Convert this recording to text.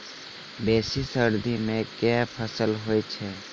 बेसी सर्दी मे केँ फसल होइ छै?